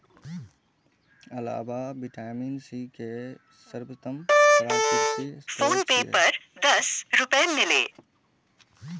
आंवला vitamin C के सर्वोत्तम प्राकृतिक स्रोत छियै